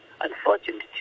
unfortunately